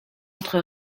entre